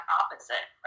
opposite